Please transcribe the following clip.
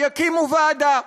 יקימו ועדה.